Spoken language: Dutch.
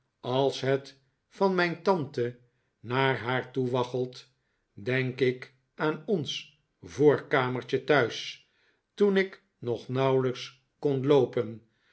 als het van mijn tante naar haar toewaggelt denk ik aan ons voorkamertje thuis toen ik nog nauwelijks kon loopen